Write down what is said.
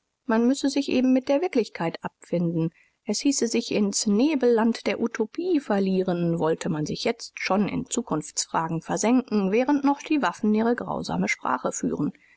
man müsse sich eben mit der wirklichkeit abfinden es hieße sich ins nebelland der utopie verlieren wollte man sich jetzt schon in zukunftsfragen versenken während noch die waffen ihre grausame sprache führen